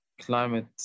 climate